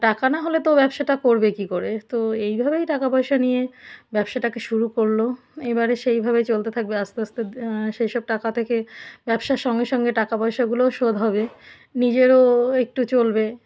টাকা না হলে তো ব্যবসাটা করবে কী করে তো এইভাবেই টাকা পয়সা নিয়ে ব্যবসাটাকে শুরু করল এইবারে সেইভাবে চলতে থাকবে আস্তে আস্তে সেসব টাকা থেকে ব্যবসার সঙ্গে সঙ্গে টাকা পয়সাগুলোও শোধ হবে নিজেরও একটু চলবে